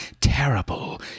terrible